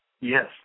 Yes